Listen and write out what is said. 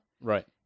Right